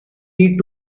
need